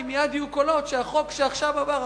כי מייד יהיו קולות שהחוק שעכשיו עבר,